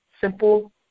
simple